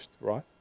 right